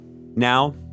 Now